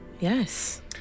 Yes